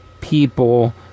people